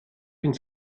ins